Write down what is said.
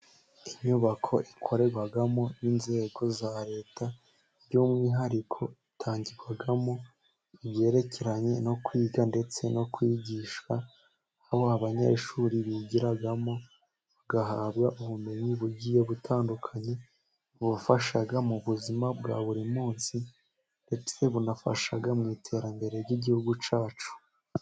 Inyubako ikorerwamo n'inzego za Leta by'umwihariko itangirwamo ibyerekeranye no kwiga ndetse no kwigishwa, aho abanyeshuri bigiramo bagahabwa ubumenyi bugiye gutandukanye, bubafasha mu buzima bwa buri munsi ndetse bunafasha mu iterambere ry'igihugu cyacu.